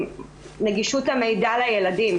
נגישות המידע לילדים: